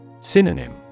Synonym